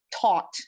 taught